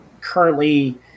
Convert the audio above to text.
Currently